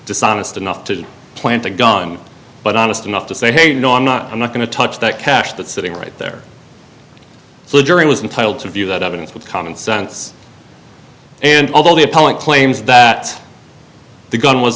dishonest enough to plant a gun but honest enough to say hey you know i'm not i'm not going to touch that cash that's sitting right there so the jury was entitled to view that evidence with common sense and all the appellate claims that the gun was